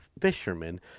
fishermen